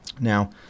Now